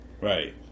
Right